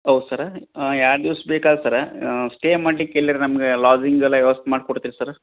ಹೌದ್ ಸರ್ ಎರಡು ದಿವ್ಸ ಬೇಕಾಗತ್ ಸರ್ ಸ್ಟೇ ಮಾಡ್ಲಿಕ್ಕೆ ಎಲ್ಲಿಯಾರು ನಮಗೆ ಲಾಡ್ಜಿಂಗ್ ಎಲ್ಲ ವ್ಯವಸ್ಥೆ ಮಾಡಿ ಕೊಡ್ತೀರಿ ಸರ್